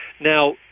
Now